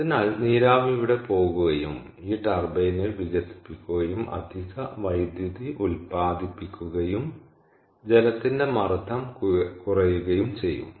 അതിനാൽ നീരാവി ഇവിടെ പോകുകയും ഈ ടർബൈനിൽ വികസിക്കുകയും അധിക വൈദ്യുതി ഉത്പാദിപ്പിക്കുകയും ജലത്തിന്റെ മർദ്ദം കുറയുകയും ചെയ്യും